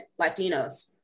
Latinos